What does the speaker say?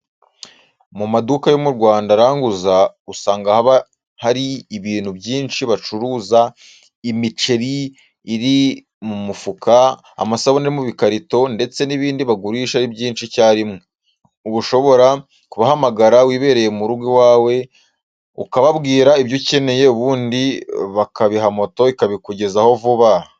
Mu maduka yo mu Rwanda aranguza, usanga haba hari ibintu byinshi bacuruza, imiceri iri mu mufuka, amasabune ari mu bikarito ndetse n'ibindi bagurisha ari byinshi icyarimwe. Uba ushobora kubahamagara wibereye mu rugo iwawe, ukababwira ibyo ukeneye ubundi bakabiha moto ikabikugezaho vuba.